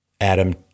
Adam